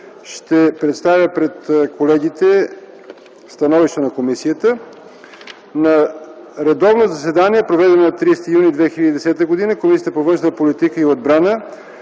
ще представя пред колегите становище на комисията: „На редовно заседание, проведено на 30 юни 2010 г. Комисията по външна политика и отбрана